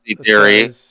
theory